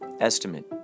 Estimate